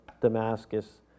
Damascus